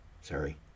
Sorry